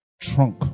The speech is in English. trunk